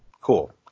Cool